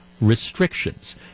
restrictions